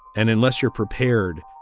and unless you're prepared,